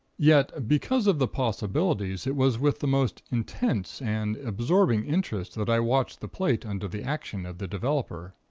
yet, because of the possibilities, it was with the most intense and absorbing interest that i watched the plate under the action of the developer.